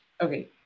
Okay